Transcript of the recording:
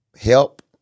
Help